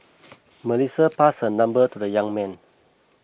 Melissa passed her number to the young man